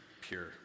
pure